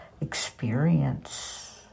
experience